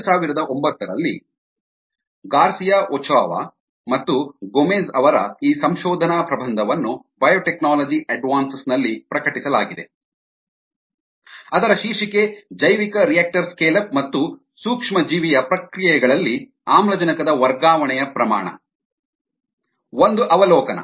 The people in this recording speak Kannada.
2009 ರಲ್ಲಿ ಗಾರ್ಸಿಯಾ ಓಚೋವಾ ಮತ್ತು ಗೊಮೆಜ್ ಅವರ ಈ ಸಂಶೋಧನಾ ಪ್ರಬಂಧವನ್ನು ಬಯೋಟೆಕ್ನಾಲಜಿ ಅಡ್ವಾನ್ಸಸ್ ನಲ್ಲಿ ಪ್ರಕಟಿಸಲಾಗಿದೆ ಅದರ ಶೀರ್ಷಿಕೆ ಜೈವಿಕರಿಯಾಕ್ಟರ್ ಸ್ಕೇಲ್ ಅಪ್ ಮತ್ತು ಸೂಕ್ಷ್ಮಜೀವಿಯ ಪ್ರಕ್ರಿಯೆಗಳಲ್ಲಿ ಆಮ್ಲಜನಕದ ವರ್ಗಾವಣೆಯ ಪ್ರಮಾಣ ಒಂದು ಅವಲೋಕನ